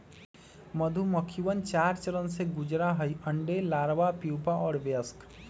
मधुमक्खिवन चार चरण से गुजरा हई अंडे, लार्वा, प्यूपा और वयस्क